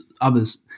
others